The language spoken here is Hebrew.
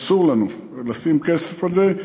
אסור לנו לשים כסף על זה,